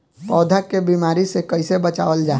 पौधा के बीमारी से कइसे बचावल जा?